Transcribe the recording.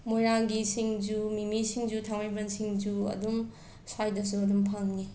ꯃꯣꯏꯔꯥꯡꯒꯤ ꯁꯤꯡꯖꯨ ꯃꯤꯃꯤ ꯁꯤꯡꯖꯨ ꯊꯥꯡꯃꯩꯕꯟ ꯁꯤꯡꯖꯨ ꯑꯗꯨꯝ ꯁ꯭ꯋꯥꯏꯗꯁꯨ ꯑꯗꯨꯝ ꯐꯪꯏ